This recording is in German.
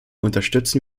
unterstützen